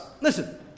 listen